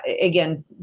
again